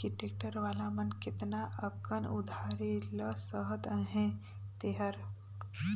कि टेक्टर वाला मन केतना अकन उधारी ल सहत अहें तेहर